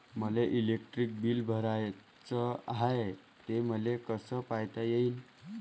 मले electric bill भराचं हाय, ते मले कस पायता येईन?